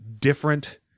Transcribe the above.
different